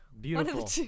beautiful